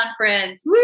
Conference